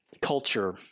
culture